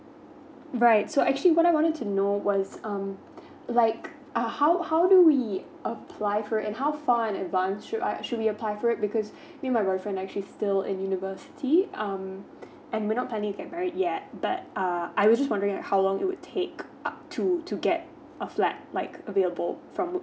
right so actually what I wanted to know what's um like uh how how do we apply for it and how far in advance should we apply for it because me and my boyfriend actually still in university um I may not planning to get married yet but uh I was just wondering how long it would take up to to get a flat like available from